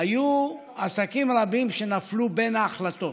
היו עסקים רבים שנפלו בין ההחלטות,